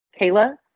Kayla